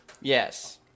yes